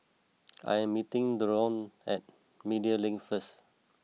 I am meeting Dorine at Media Link first